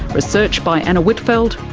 research by anna whitfeld,